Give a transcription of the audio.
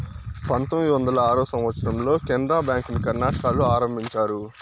పంతొమ్మిది వందల ఆరో సంవచ్చరంలో కెనరా బ్యాంకుని కర్ణాటకలో ఆరంభించారు